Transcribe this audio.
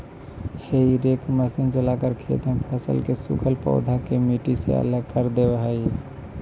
हेई rake machine चलाकर खेत में फसल के सूखल पौधा के मट्टी से अलग कर देवऽ हई